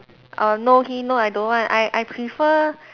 uh no he no I don't want I I prefer